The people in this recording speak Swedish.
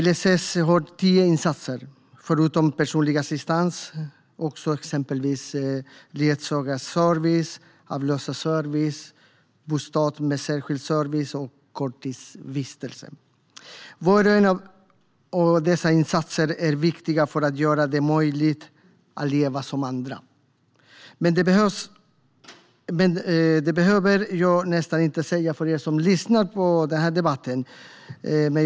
LSS ger tidiga insatser, förutom personlig assistans exempelvis ledsagarservice, avlösarservice, bostad med särskild service och korttidsvistelse. Dessa insatser är viktiga för att göra det möjligt att leva som andra, men det behöver jag nästan inte säga till er som lyssnar på debatten.